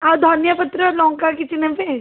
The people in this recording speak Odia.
ଆଉ ଧନିଆପତ୍ର ଲଙ୍କା କିଛି ନେବେ